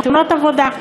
תאונות עבודה.